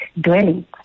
dwelling